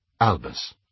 Albus